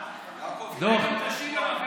עד שנותנים לך,